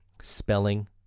spelling